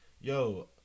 yo